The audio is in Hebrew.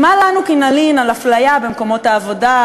מה לנו כי נלין על אפליה במקומות העבודה,